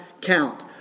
count